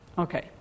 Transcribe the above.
Okay